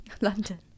London